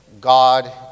God